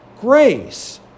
grace